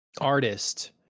Artist